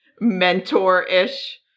mentor-ish